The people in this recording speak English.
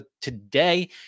today